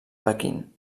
pequín